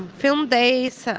film days,